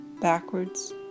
backwards